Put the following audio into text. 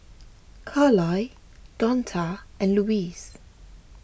Carlyle Donta and Lois